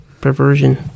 perversion